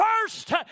first